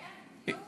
כן?